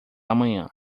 amanhã